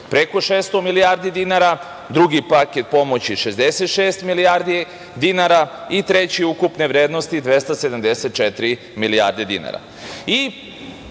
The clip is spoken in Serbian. preko 600 milijardi dinara, drugi paket pomoći 66 milijardi dinara i treći ukupne vrednosti 274 milijarde dinara. Pored